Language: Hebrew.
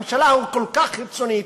הממשלה כל כך קיצונית,